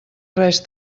res